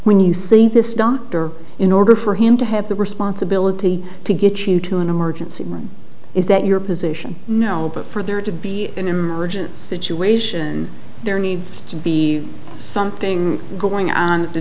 when you see this doctor in order for him to have the responsibility to get you to an emergency room is that your position no but for there to be an emergent situation there needs to be something going on t